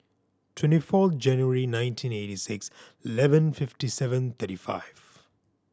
twenty four January nineteen eighty six eleven fifty seven thirty five